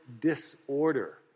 disorder